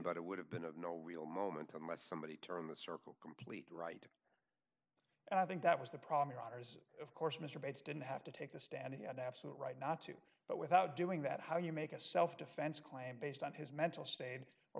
but it would have been of no real moment unless somebody turned the circle complete right and i think that was the problem your honour's of course mr bates didn't have to take the stand he had absolute right not to but without doing that how you make a self defense claim based on his mental sta